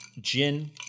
Gin